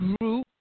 group